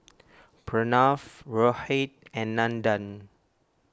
Pranav Rohit and Nandan